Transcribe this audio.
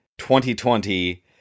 2020